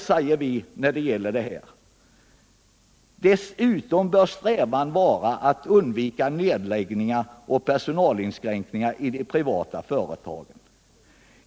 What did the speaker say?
I denna avvikande mening heter det: ”Dessutom bör strävan vara att undvika nedläggningar och personalinskränkningar i de privata företagen.